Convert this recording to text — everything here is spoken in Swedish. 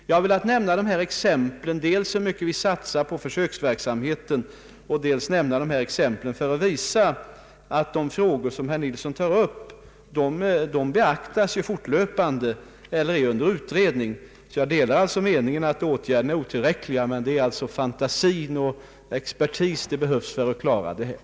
Jag har velat nämna dessa exempel på hur mycket vi satsar på försöksverksamhet för att visa att de frågor som herr Nils Nilsson tar upp fortlöpande beaktas eller är under utredning. Jag delar herr Nilssons uppfattning att åtgärderna är otillräckliga, men det är fantasi och expertis som behövs för att klara detta.